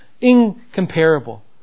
incomparable